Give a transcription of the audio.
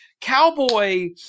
Cowboy